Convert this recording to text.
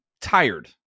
tired